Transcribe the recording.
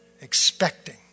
expecting